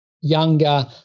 younger